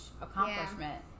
accomplishment